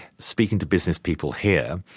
speaking to business people here,